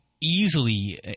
easily